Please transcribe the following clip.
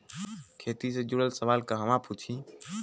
खेती से जुड़ल सवाल कहवा पूछी?